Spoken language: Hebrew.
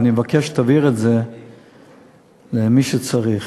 ואני מבקש שתבהיר את זה למי שצריך: